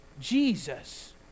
Jesus